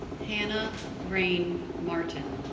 hannah rayne marten